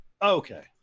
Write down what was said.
Okay